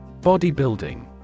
Bodybuilding